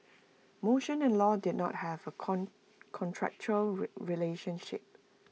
motion and low did not have A contractual relationship